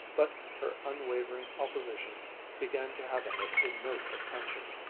but her unwavering opposition began to have in it a note of tension.